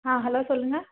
ஆ hello சொல்லுங்கள்